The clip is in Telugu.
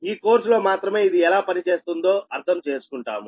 ఈ కోర్సు లో మాత్రమే ఇది ఎలా పని చేస్తుందో అర్థం చేసుకుంటాము